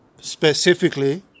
specifically